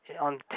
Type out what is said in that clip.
on